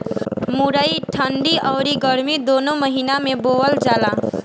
मुरई ठंडी अउरी गरमी दूनो महिना में बोअल जाला